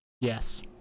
Yes